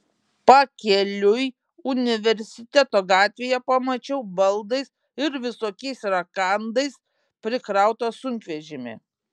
pakeliui universiteto gatvėje pamačiau baldais ir visokiais rakandais prikrautą sunkvežimį